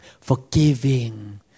forgiving